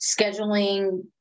scheduling